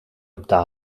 optar